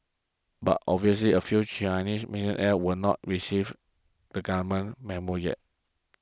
but obviously a few Chinese millionaires will not received the Government Memo yet